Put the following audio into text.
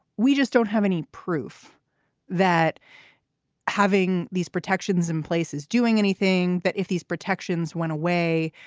we just don't have any proof that having these protections in place is doing anything that if these protections went away,